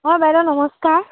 অ' বাইদেউ নমস্কাৰ